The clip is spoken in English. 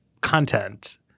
content